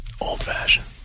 Old-fashioned